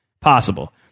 Possible